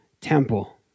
temple